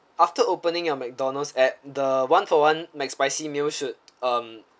after opening your McDonald's app the one for one macspicy meal should um